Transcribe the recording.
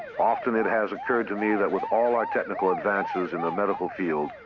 often it has occurred to me that with all our technical advances in the medical field,